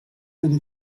been